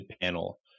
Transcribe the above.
panel